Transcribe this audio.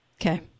Okay